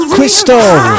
Crystal